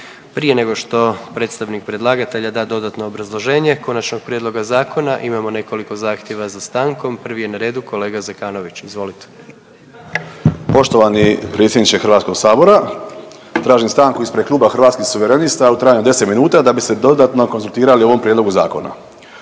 Prije nego što predstavnik predlagatelja da dodatno obrazloženje konačnog prijedloga zakona imamo nekoliko zahtjeva za stankom. Prvi je na redu kolega Zekanović. Izvolite. **Zekanović, Hrvoje (Hrvatski suverenisti)** Poštovani predsjedniče HS-a. Tražim stanku ispred kluba Hrvatskih suverenista u trajanju od 10 minuta da bi se dodatno konzultirali o ovom prijedlogu zakona.